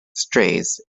strays